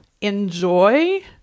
enjoy